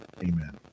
Amen